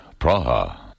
Praha